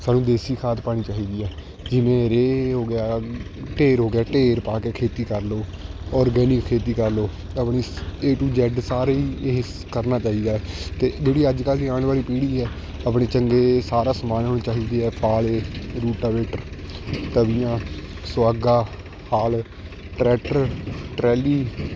ਸਾਨੂੰ ਦੇਸੀ ਖਾਦ ਪਾਉਣੀ ਚਾਹੀਦੀ ਹੈ ਜਿਵੇਂ ਰੇਅ ਹੋ ਗਿਆ ਢੇਰ ਹੋ ਗਿਆ ਢੇਰ ਪਾ ਕੇ ਖੇਤੀ ਕਰ ਲਓ ਔਰਗੈਨਿਕ ਖੇਤੀ ਕਰ ਲਓ ਆਪਣੀ ਏ ਟੂ ਜੈੱਡ ਸਾਰੇ ਹੀ ਇਹ ਕਰਨਾ ਚਾਹੀਦਾ ਅਤੇ ਜਿਹੜੀ ਅੱਜ ਕੱਲ੍ਹ ਆਉਣ ਵਾਲੀ ਪੀੜ੍ਹੀ ਹੈ ਆਪਣੀ ਚੰਗੇ ਸਾਰਾ ਸਮਾਨ ਹੋਣਾ ਚਾਹੀਦੀ ਹੈ ਫਾਲੇ ਰੂਟਾਵੇਟਰ ਤਵੀਆਂ ਸੁਹਾਗਾ ਹੱ ਟਰੈਕਟਰ ਟਰੈਲੀ